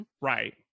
Right